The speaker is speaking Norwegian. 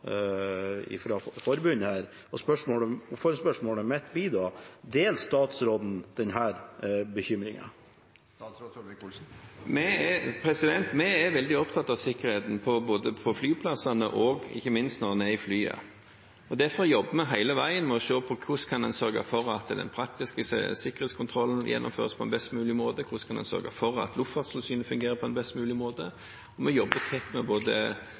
forbundet, og følgespørsmålet mitt blir da: Deler statsråden denne bekymringen? Vi er veldig opptatt av sikkerheten, både på flyplassene og ikke minst når en er om bord i flyet. Derfor jobber vi hele veien med hvordan vi kan sørge for at den praktiske sikkerhetskontrollen gjennomføres på en best mulig måte, og for at Luftfartstilsynet fungerer på en best mulig måte. Vi jobber tett med både